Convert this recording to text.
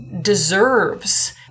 deserves